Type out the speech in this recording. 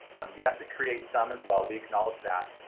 um yes, it creates some as well we acknowledge that,